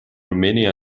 romania